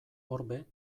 orbe